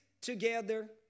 together